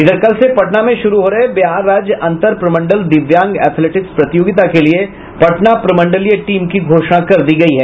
इधर कल से पटना में शुरू हो रहे बिहार राज्य अंतर प्रमंडल दिव्यांग एथेलेटिक्स प्रतियोगिता के लिए पटना प्रमंडल टीम की घोषणा कर दी गयी है